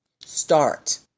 Start